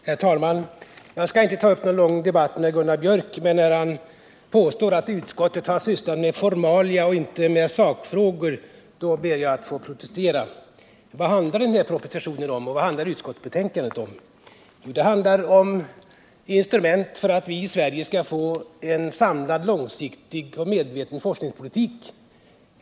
Herr talman! Jag skall inte ta upp någon lång debatt med Gunnar Biörck i Värmdö, men när han påstår att utskottet har sysslat med formalia och inte med sakfrågor, då ber jag att få protestera. Vad handlar propositionen om och vad handlar utskottsbetänkandet om? Jo, de handlar om instrument för att vi i Sverige skall få en samlad, långsiktig och medveten forskningspolitik.